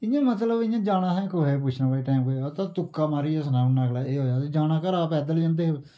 इयां मतलब इय्यां जाना असैं कुसे पुच्छना भाई टाइम केह् होया तां तुक्का मारियै सनाऊ ना अगलै एह् होया ते जाना घरा पैदल जन्दे हे